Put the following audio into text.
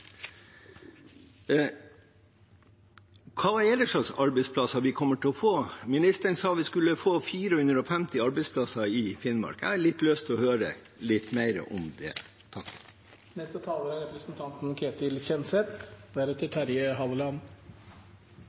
slags arbeidsplasser er det vi skal få? Ministeren sa at vi skulle få 450 arbeidsplasser i Finnmark. Jeg har lyst til å høre litt mer om det. Det ligger ikke i en liberal sjel å tvinge for mye. Men representanten